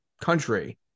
country –